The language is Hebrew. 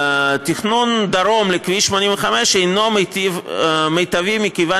התכנון דרום לכביש 85 אינו מיטבי מכיוון